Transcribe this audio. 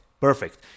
perfect